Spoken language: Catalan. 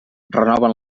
renoven